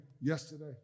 yesterday